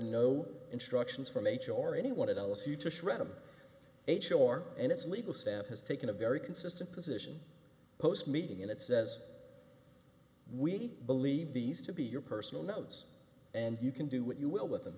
no instructions from h or anyone else you to shred of a chore and it's legal staff has taken a very consistent position post meeting and it says we believe these to be your personal notes and you can do what you will with them